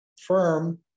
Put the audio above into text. firm